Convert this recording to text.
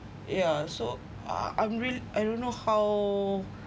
yeah so ah I'm really I don't know how